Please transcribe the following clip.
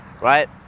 right